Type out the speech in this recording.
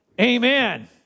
Amen